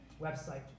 website